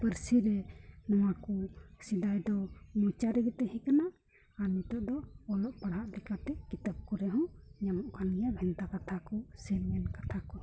ᱯᱟᱹᱨᱥᱤ ᱨᱮ ᱱᱚᱣᱟ ᱠᱚ ᱥᱮᱫᱟᱭ ᱫᱚ ᱢᱚᱪᱟ ᱨᱮᱜᱮ ᱛᱟᱦᱮᱸ ᱠᱟᱱᱟ ᱟᱨ ᱱᱤᱛᱚᱜ ᱫᱚ ᱚᱞᱚᱜ ᱯᱟᱲᱦᱟᱜ ᱞᱮᱠᱟᱛᱮ ᱠᱤᱛᱟᱹᱵ ᱠᱚᱨᱮ ᱦᱚᱸ ᱧᱟᱢᱚᱜ ᱠᱟᱱ ᱜᱮᱭᱟ ᱵᱷᱮᱱᱛᱟ ᱠᱟᱛᱷᱟ ᱠᱚ ᱥᱮ ᱢᱮᱱ ᱠᱟᱛᱷᱟ ᱠᱚ